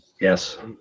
Yes